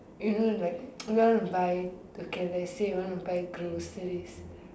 you know like you want to buy okay let's say you want to buy groceries